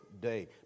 day